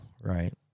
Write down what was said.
right